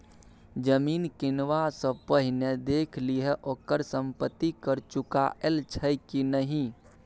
जमीन किनबा सँ पहिने देखि लिहें ओकर संपत्ति कर चुकायल छै कि नहि?